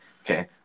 Okay